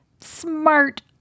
smart